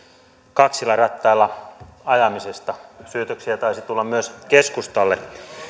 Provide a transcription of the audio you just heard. kaksilla rattailla ajamisesta syytöksiä taisi tulla myös keskustalle